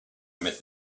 met